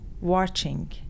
watching